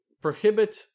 prohibit